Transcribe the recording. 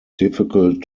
difficult